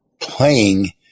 playing